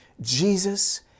Jesus